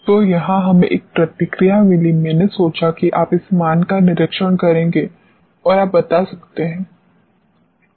तो यहां हमें एक प्रतिक्रिया मिली मैंने सोचा कि आप इस मान का निरीक्षण करेंगे और आप बता सकते हैं